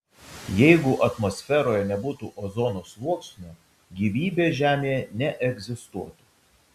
jeigu atmosferoje nebūtų ozono sluoksnio gyvybė žemėje neegzistuotų